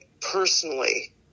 personally